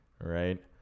Right